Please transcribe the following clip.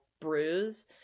bruise